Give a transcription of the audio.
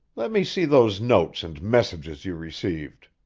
let me see those notes and messages you received.